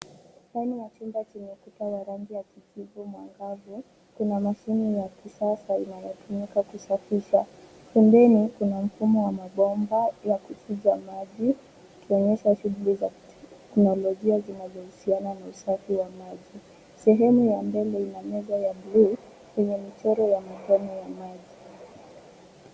Ndani ya chumba chenye kuta ya rangi ya kijivu mwangavu, kuna mashine ya kisasa inayotumiwa kusafisha. Pembeni kuna mfumo wa mabomba ya kupiga maji ikionyesha shughuli za kiteknolojia zinazohusiana na usafi wa maji. Sehemu ya mbele ina meza ya bluu yenye michoro ya matone ya maji.